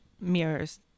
mirrors